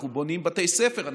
אנחנו בונים בתי ספר,